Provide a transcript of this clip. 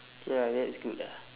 K ah that's good ah